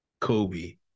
Kobe